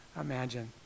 imagine